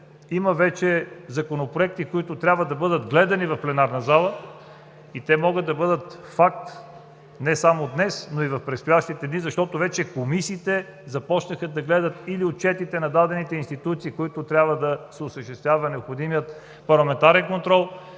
има вече законопроекти, които трябва да бъдат гледани в пленарната зала. Те могат да бъдат факт не само днес, но и в предстоящите дни, защото вече комисиите започнаха да гледат отчетите на дадени институции, над които трябва да се осъществява необходимият парламентарен контрол,